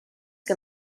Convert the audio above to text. que